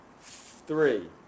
three